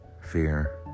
fear